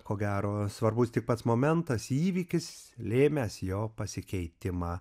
ko gero svarbus tik pats momentas įvykis lėmęs jo pasikeitimą